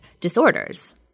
disorders